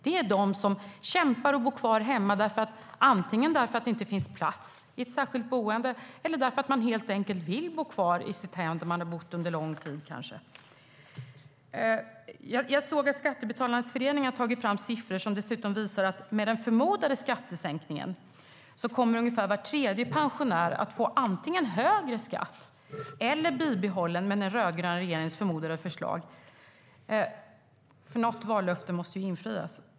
Det är de som kämpar och bor kvar hemma, antingen för att det inte finns plats på ett särskilt boende eller för att man helt enkelt vill bo kvar i sitt hem där man kanske har bott under lång tid. Jag såg att Skattebetalarnas förening har tagit fram siffror som visar att med den rödgröna regeringens förmodade förslag om skattesänkning kommer ungefär var tredje pensionär att få högre skatt - eller bibehållen, för något vallöfte måste ju infrias.